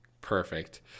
Perfect